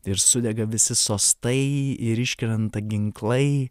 ir sudega visi sostai ir iškrenta ginklai